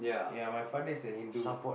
ya my father is a Hindu